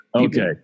okay